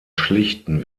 schlichten